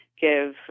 give